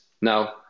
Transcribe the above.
Now